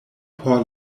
por